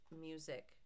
music